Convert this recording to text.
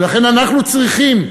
ולכן אנחנו צריכים,